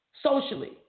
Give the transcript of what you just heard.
socially